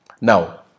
Now